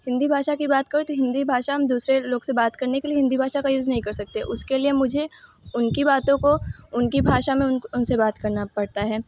हिन्दी भाषा की बात करो तो हिन्दी भाषा हम दूसरे लोग से बात करने के लिए हिन्दी भाषा का यूज़ नहीं कर सकते उसके लिए मुझे उनकी बातों को उनकी भाषा में उन से बात करना पड़ता है